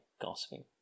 gossiping